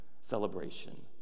celebration